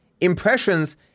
impressions